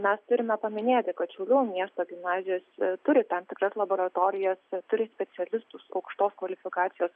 mes turime paminėti kad šiaulių miesto gimnazijos turi tam tikras laboratorijas turi specialistus aukštos kvalifikacijos